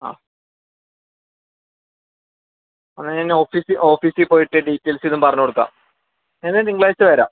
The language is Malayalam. ആ എന്നാൽ ഞാൻ ഓഫീസിൽ ഓഫീസിൽ പോയിട്ട് ഡീറ്റെയില്സ് ഇതും പറഞ്ഞ് കൊടുക്കാം ഏതായാലും തിങ്കളാഴ്ച വരാം